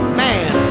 man